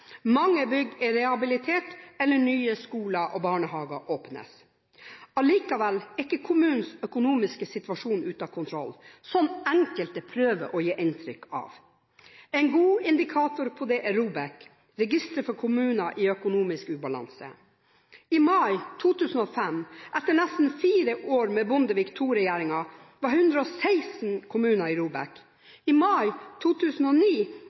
Mange bygg er rehabilitert, og nye skoler og barnehager åpnes. Allikevel er ikke kommunenes økonomiske situasjon ute av kontroll, slik enkelte prøver å gi inntrykk av. En god indikator på det er ROBEK, registeret for kommuner i økonomisk ubalanse. I mai 2005, etter nesten fire år med Bondevik II-regjeringen, var 116 kommuner i ROBEK. I mai 2009,